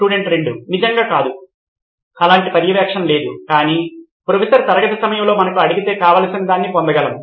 student 2 నిజంగా కాదు అలాంటి పర్యవేక్షణ లేదు కాని ప్రొఫెసర్ తరగతి సమయంలో మనకు అడిగితే కావలసినదాన్ని పొందగలము